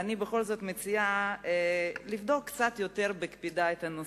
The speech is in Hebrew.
אני בכל זאת מציעה לבדוק קצת יותר בקפידה את הנושאים,